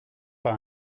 pas